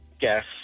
guess